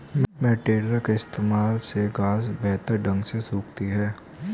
है टेडर के इस्तेमाल से घांस बेहतर ढंग से सूखती है